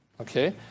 okay